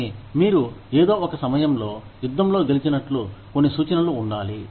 కానీ మీరు ఏదో ఒక సమయంలో యుద్ధంలో గెలిచినట్లు కొన్ని సూచనలు ఉండాలి